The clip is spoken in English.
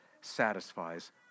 satisfies